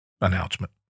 announcement